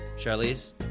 Charlize